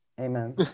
Amen